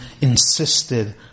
insisted